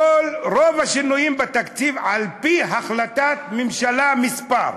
רוב השינויים בתקציב, "על-פי החלטת ממשלה מס'".